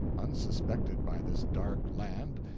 unsuspected by this dark land,